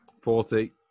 forty